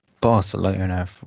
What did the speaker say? Barcelona